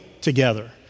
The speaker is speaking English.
together